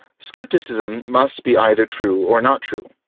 skepticism must be either true or not true.